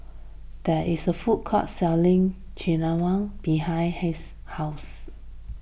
there is a food court selling Nikujaga behind Haden's house